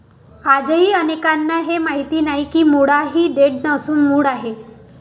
आजही अनेकांना हे माहीत नाही की मुळा ही देठ नसून मूळ आहे